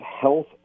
health